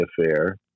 affair